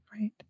Right